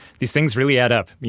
these things really add up.